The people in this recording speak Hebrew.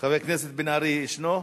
חבר הכנסת בן-ארי ישנו?